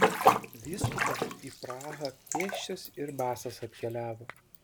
vyskupas į prahą pėsčias ir basas atkeliavo